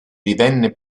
divenne